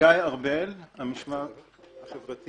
אני מהמשמר החברתי.